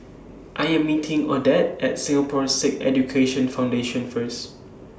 I Am meeting Odette At Singapore Sikh Education Foundation First